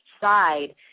side